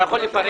אתה יכול לפרט?